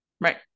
Right